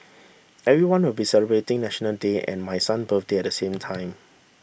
everyone will be celebrating National Day and my son birthday at the same time